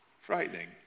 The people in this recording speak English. Frightening